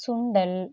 சுண்டல்